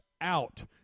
out